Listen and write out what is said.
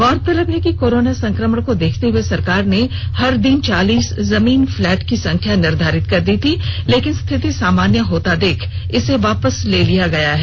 गौरतलब है कि कोरोना संक्रमण को देखते हए सरकार ने हर दिन चालीस जमीन फ्लैट की संख्या निर्धारित कर दी थी लेकिन स्थिति सामान्य होता देख इसे वापस ले लिया गया है